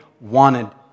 wanted